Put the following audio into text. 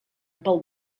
pel